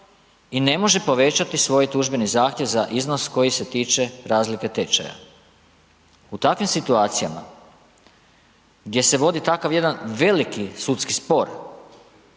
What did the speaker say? i ne može povećati svoj tužbeni zahtjev za iznos koji se tiče razlike tečaja. U takvim situacijama gdje se vodi takav jedan veliki sudski spor,